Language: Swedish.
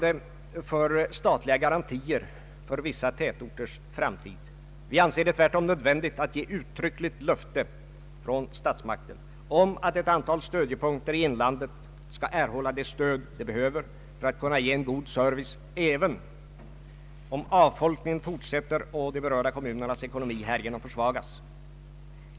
regionalpolitiken mande för statliga garantier för vissa tätorters framtid, vi anser det tvärtom nödvändigt att ge uttryckligt löfte om att ett antal stödjepunkter i inlandet skall erhålla det stöd de behöver för att kunna ge en god service även om avfolkningen fortsätter och de berörda kommunernas ekonomi härigenom försvagas.